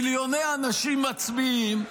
מיליוני אנשים מצביעים,